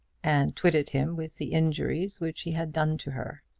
and twitted him with the injuries which he had done to her.